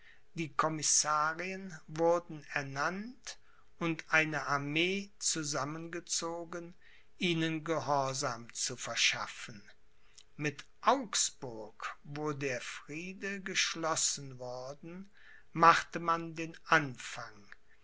die commissarien wurden ernannt und eine armee zusammengezogen ihnen gehorsam zu verschaffen mit augsburg wo der friede geschlossen worden machte man den anfang